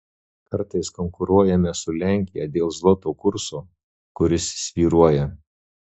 kartais konkuruojame su lenkija dėl zloto kurso kuris svyruoja